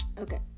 Okay